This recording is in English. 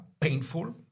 painful